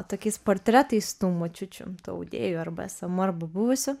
tokiais portretais tų močiučių audėjų arba esamų arba buvusių